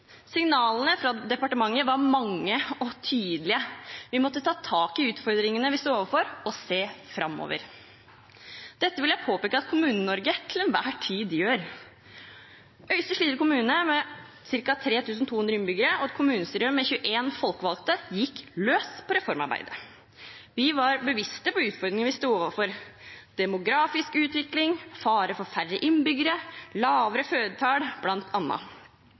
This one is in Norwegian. Signalene fra departementet var mange og tydelige. Vi måtte ta tak i utfordringene vi sto overfor, og se framover. Dette vil jeg påpeke at Kommune-Norge til enhver tid gjør. Øystre Slidre kommune, med ca. 3 200 innbyggere, og kommunestyret, med 21 folkevalgte, gikk løs på reformarbeidet. Vi var bevisste på utfordringene vi sto overfor – demografisk utvikling, fare for færre innbyggere, lavere